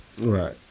Right